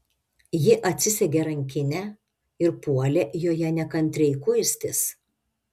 ji atsisegė rankinę ir puolė joje nekantriai kuistis